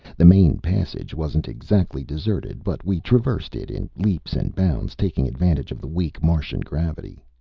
the main passage wasn't exactly deserted, but we traversed it in leaps and bounds, taking advantage of the weak martian gravity.